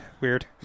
weird